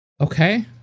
Okay